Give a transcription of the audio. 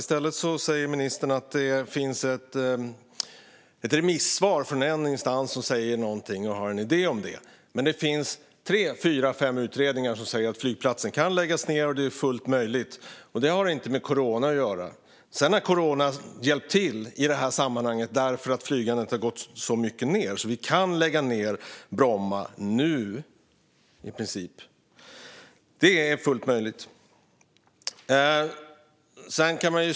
I stället säger ministern att det finns ett remissvar från en instans som säger någonting och har en idé om det. Men det finns tre fyra fem utredningar som säger att flygplatsen kan läggas ned. Det är fullt möjligt, och det har inte med corona att göra. Men corona har hjälpt till i det sammanhanget därför att flygandet har gått ned så mycket, så vi kan i princip lägga ned Bromma nu. Det är fullt möjligt.